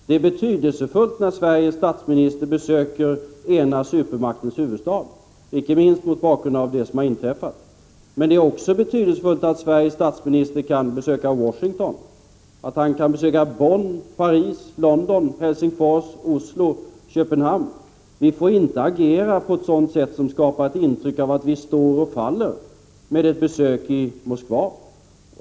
Det är betydelsefullt när Sveriges statsminister besöker ena supermaktens huvudstad, icke minst mot bakgrund av det som har inträffat, men det är också betydelsefullt att Sveriges statsminister kan besöka Washington, att han kan besöka Bonn, Paris, London, Helsingfors, Oslo och Köpenhamn. Vi får inte agera på ett sådant sätt som skapar intryck av att vi står och faller med ett besök i Moskva.